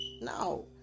no